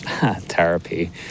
therapy